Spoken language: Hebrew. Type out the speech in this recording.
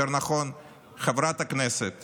יותר נכון חברת הכנסת